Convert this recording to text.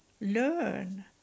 learn